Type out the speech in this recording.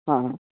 हा